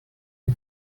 you